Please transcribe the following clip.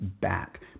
back